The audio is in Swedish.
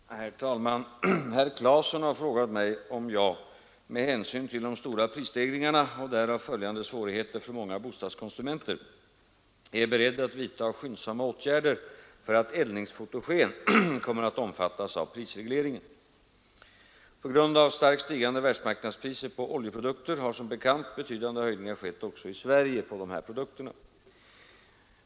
Herr talman! Herr Claeson har frågat mig om jag — med hänsyn till de stora prisstegringarna och därav följande svårigheter för många bostads konsumenter — är beredd att vidta skyndsamma åtgärder för att eldningsfotogen kommer att omfattas av prisregleringen. På grund av starkt stigande världsmarknadspriser på oljeprodukter har som bekant betydande höjningar skett även i Sverige på dessa produkter.